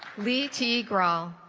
leety gras